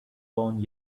born